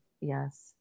Yes